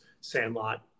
sandlot